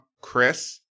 Chris